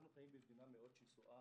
אנחנו חיים במדינה מאד שסועה.